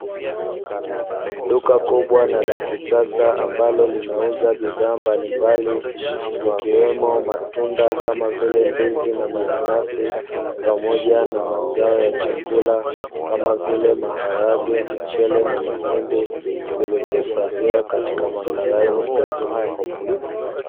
Duka kubwa na la kisasa ambalo linauza bidhaa mbalimbali zikiwemo matunda kama vile ndizi na mananasi; pamoja na mazao ya chakula kama vile maharage, mchele na mahindi vilivyohifadhiwa katika makarai madogo.